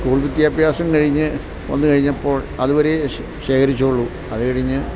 school വിദ്യാഭ്യാസം കഴിഞ്ഞ് വന്നുകഴിഞ്ഞപ്പോൾ അതുവരെ ശേഖരിച്ചുള്ളൂ അതുകഴിഞ്ഞ്